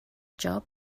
job